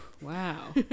wow